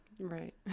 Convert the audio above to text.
right